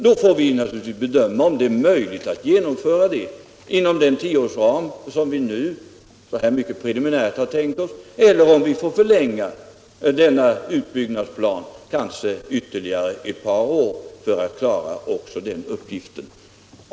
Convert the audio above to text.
Då får vi naturligtvis bedöma om det är möjligt att genomföra det inom den tioårsram som vi nu preliminärt har tänkt oss, eller om vi får förlänga denna utbyggnadsplan ytterligare ett par år för att klara också den uppgiften.